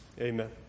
Amen